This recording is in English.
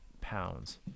pounds